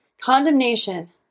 Condemnation